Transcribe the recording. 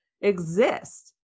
exist